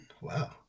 wow